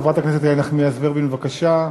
חברת הכנסת איילת נחמיאס ורבין, בבקשה.